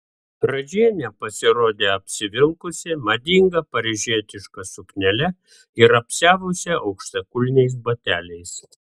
radžienė pasirodė apsivilkusi madinga paryžietiška suknele ir apsiavusi aukštakulniais bateliais